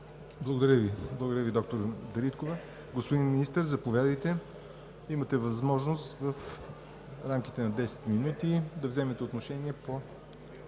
Благодаря Ви, доктор Дариткова. Господин Министър, заповядайте – имате възможност в рамките на 10 минути да вземете отношение по